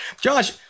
Josh